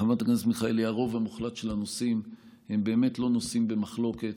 חברת הכנסת מיכאלי, הם באמת לא נושאים במחלוקת.